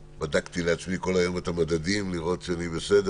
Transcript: בדקתי לעצמי את המדדים כל היום כדי לראות שאני בסדר,